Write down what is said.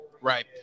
Right